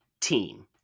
Team